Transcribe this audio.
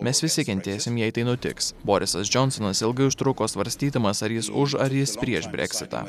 mes visi kentėsim jei tai nutiks borisas džonsonas ilgai užtruko svarstydamas ar jis už ar jis prieš breksitą